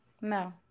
No